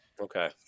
Okay